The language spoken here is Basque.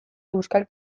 euskal